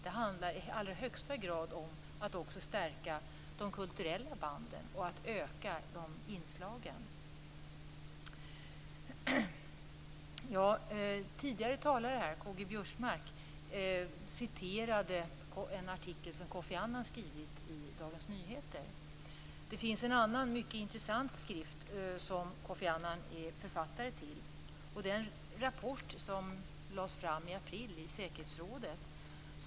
Det handlar i allra högsta grad om att stärka de kulturella banden. K-G Biörsmark citerade en artikel som Kofi Annan har skrivit i Dagens Nyheter. Det finns en annan intressant skrift som Kofi Annan är författare till. Det är en rapport som lades fram i säkerhetsrådet i april.